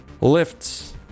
Lifts